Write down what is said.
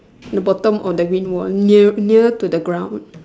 the bottom or the green one near near to the ground